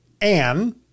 Anne